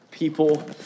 people